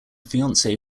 fiance